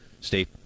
Steve